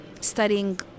studying